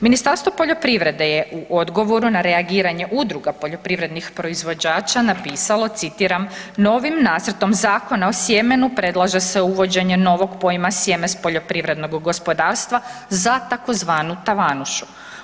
Ministarstvo poljoprivrede je u odgovoru na reagiranje udruga poljoprivrednih proizvođača napisalo citiram „Novim nacrtom zakona o sjemenu, predlaže se uvođenje novog pojma sjeme s poljoprivrednog gospodarstva za tzv. tavanušu“